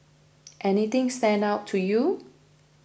anything stand out to you